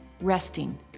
resting